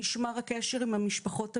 נשמר הקשר עם המשפחות הביולוגיות.